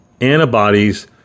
antibodies